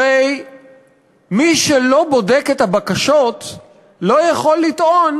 הרי מי שלא בודק את הבקשות לא יכול לטעון